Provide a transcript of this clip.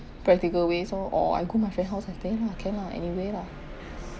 practical ways oh or I go my friend house I think lah can lah anyway lah